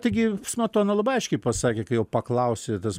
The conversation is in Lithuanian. taigi smetona labai aiškiai pasakė kai jo paklausė tas